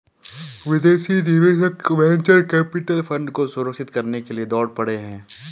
विदेशी निवेशक venture capital fund को सुरक्षित करने के लिए दौड़ पड़े हैं